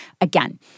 again—